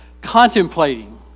contemplating